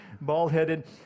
bald-headed